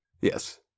yes